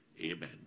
Amen